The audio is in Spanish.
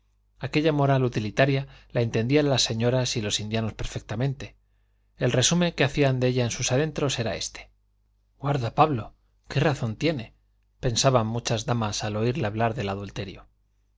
aquella moral utilitaria la entendían las señoras y los indianos perfectamente el resumen que hacían de ella en sus adentros era este guarda pablo qué razón tiene pensaban muchas damas al oírle hablar del adulterio